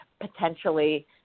potentially